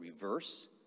reverse